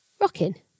Rocking